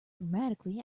dramatically